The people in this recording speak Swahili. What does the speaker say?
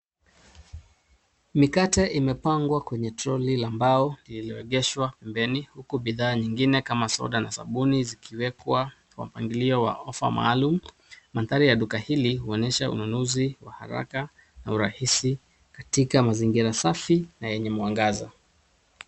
Mikate imepangwa kwenye troli la mbao lililoegeshwa pembeni huku bidhaa nyingine kama soda na sabuni zikikwekwa kwa mpangilio wa ofa maalum. Mandhari ya duka hili huonyesha ununuzi wa haraka na urahisi katika mazingira safi na yenye mwangaza.